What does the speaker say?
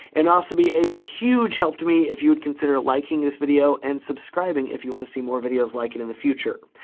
and also it'd be a huge help to me if you would consider liking this video and subscribing if you wanna see more videos like it in the future.